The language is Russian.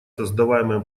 создаваемые